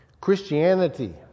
Christianity